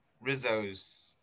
Rizzo's